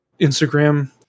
Instagram